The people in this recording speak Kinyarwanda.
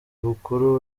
bukuru